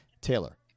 Taylor